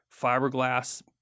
fiberglass